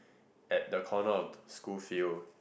at the corner of the school field